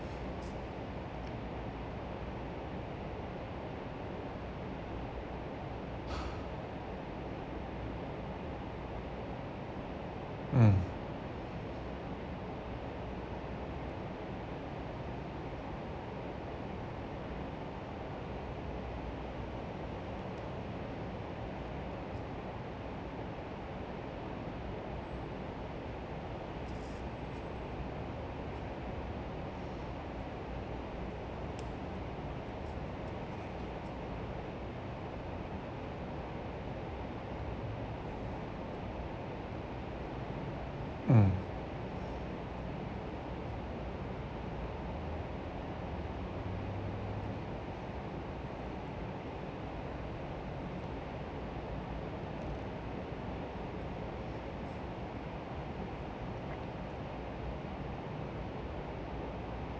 mm mm